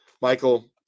Michael